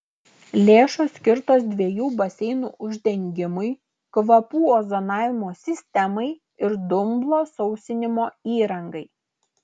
lėšos skirtos dviejų baseinų uždengimui kvapų ozonavimo sistemai ir dumblo sausinimo įrangai